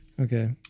okay